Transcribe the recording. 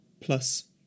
plus